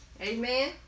Amen